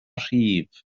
rhif